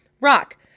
rock